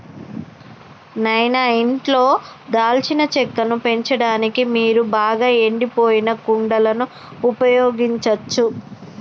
నాయిన ఇంట్లో దాల్చిన చెక్కను పెంచడానికి మీరు బాగా ఎండిపోయిన కుండలను ఉపయోగించచ్చు